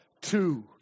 two